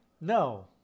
No